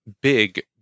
big